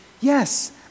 Yes